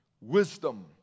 wisdom